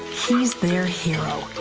he is their hero.